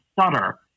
stutter